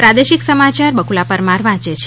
પ્રાદેશિક સમાચાર બકુલા પરમાર વાંચે છે